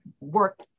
work